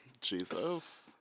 Jesus